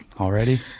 Already